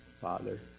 Father